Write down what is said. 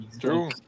True